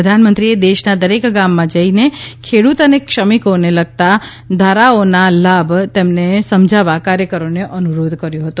પ્રધાનમંત્રીએ દેશનાં દરેક ગામમાં જઈને ખેડૂત અને ક્ષમિકોને લગતાં ધારાઓનાં લાભ તેમને સમજાવવા કાર્યકરોને અનુરોધ કર્યો હતો